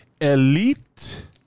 Elite